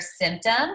symptoms